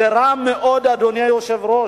זה רע מאוד, אדוני היושב-ראש.